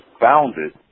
founded